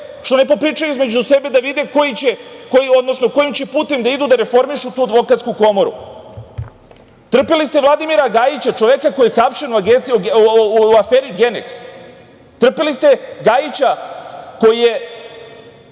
što ne popričaju između sebe da vide, odnosno kojim će putem da idu i da reformišu tu Advokatsku komoru. Trpeli ste Vladimira Gajića, čoveka koji je hapšen u aferi Geneks. Trpeli ste Gajića koji je